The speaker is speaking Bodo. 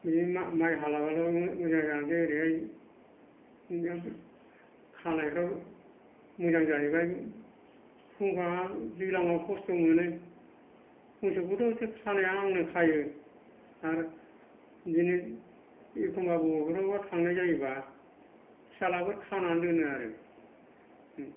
बिदिनो माइ हालाबाथाय मोजां जानोसै खानायफ्राव मोजां जाहैबाय गोबां दैज्लाङाव खसथ' मोनो मोसौखौथ खानाया आंनो खायो आरो बिदिनो एखनब्ला बबेयावबाफोर थांनाय जायोबा फिसाज्लाफोर खाना दोनो आरो